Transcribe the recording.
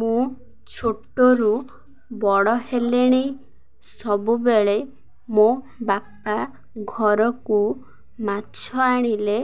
ମୁଁ ଛୋଟରୁ ବଡ଼ ହେଲିଣି ସବୁବେଳେ ମୋ ବାପା ଘରକୁ ମାଛ ଆଣିଲେ